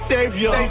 Savior